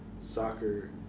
soccer